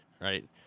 right